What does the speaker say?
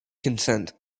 consent